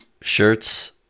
shirts